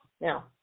now